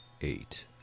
Eight